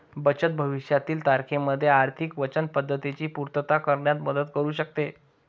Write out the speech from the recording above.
बचत भविष्यातील तारखेमध्ये आर्थिक वचनबद्धतेची पूर्तता करण्यात मदत करू शकते